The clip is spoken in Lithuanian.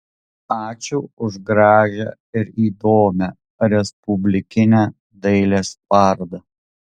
ačiū už gražią ir įdomią respublikinę dailės parodą